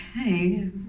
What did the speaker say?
okay